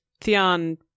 Theon